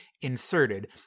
inserted